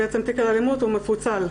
בעצם תיק האלימות מפוצל.